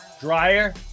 Dryer